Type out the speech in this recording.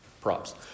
props